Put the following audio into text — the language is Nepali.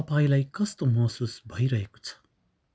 तपाईँलाई कस्तो महसुस भइरहेको छ